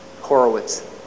Horowitz